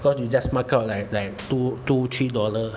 cause you just markup like like two two three dollar